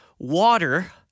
Water